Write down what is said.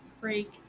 break